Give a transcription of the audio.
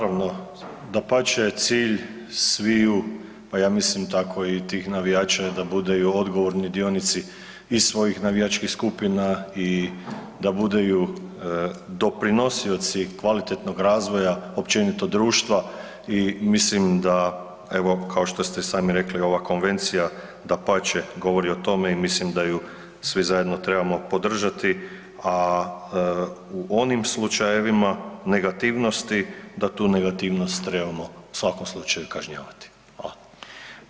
Pa naravno, dapače cilj sviju, pa ja mislim tako i tih navijača je da budeju odgovorni dionici i svojih navijačkih skupina i da budeju doprinosioci kvalitetnog razvoja općenito društva i mislim da evo kao što ste i sami rekli, ova konvencija dapače govori o tome i mislim da ju svi zajedno trebamo podržati, a u onim slučajevima negativnosti da tu negativnost trebamo u svakom slučaju kažnjavati.